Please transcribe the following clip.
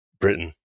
britain